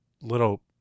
little